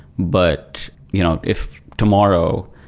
but you know if tomorrow,